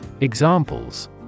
Examples